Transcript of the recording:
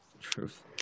Truth